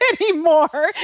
anymore